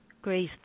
Great